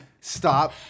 stop